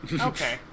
Okay